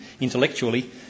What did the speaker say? intellectually